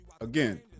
again